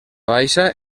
baixa